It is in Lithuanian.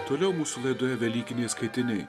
toliau mūsų laidoje velykiniai skaitiniai